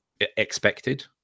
expected